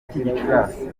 gicurasi